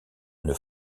une